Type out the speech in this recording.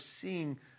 seeing